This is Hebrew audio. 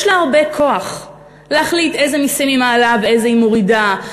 יש לה הרבה כוח: להחליט איזה מסים היא מעלה ואיזה היא מורידה,